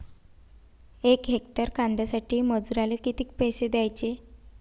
यक हेक्टर कांद्यासाठी मजूराले किती पैसे द्याचे?